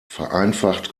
vereinfacht